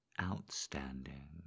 Outstanding